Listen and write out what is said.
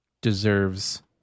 deserves